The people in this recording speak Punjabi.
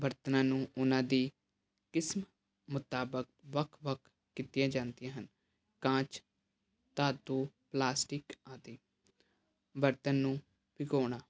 ਬਰਤਨਾਂ ਨੂੰ ਉਹਨਾਂ ਦੀ ਕਿਸਮ ਮੁਤਾਬਕ ਵੱਖ ਵੱਖ ਕੀਤੀਆਂ ਜਾਂਦੀਆਂ ਹਨ ਕਾਂਚ ਧਾਤੂ ਪਲਾਸਟਿਕ ਆਦਿ ਬਰਤਨ ਨੂੰ ਭਿਗੋਣਾ